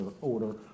order